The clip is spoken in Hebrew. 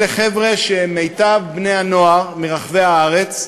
אלה חבר'ה שהם מיטב בני-הנוער מרחבי הארץ,